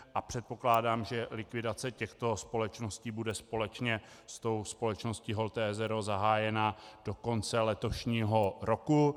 A předpokládám, že likvidace těchto společností bude společně s tou společností Holte, s. r. o., zahájena do konce letošního roku.